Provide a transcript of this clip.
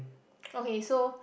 okay so